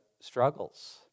struggles